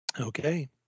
Okay